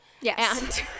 Yes